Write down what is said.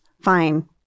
Fine